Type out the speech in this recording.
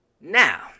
Now